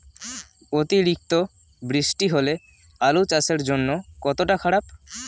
অতিরিক্ত বৃষ্টি হলে আলু চাষের জন্য কতটা খারাপ?